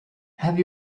have